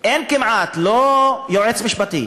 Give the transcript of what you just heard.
אין כמעט, לא יועץ משפטי,